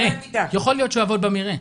יכול להיות שהוא יעבוד במרעה,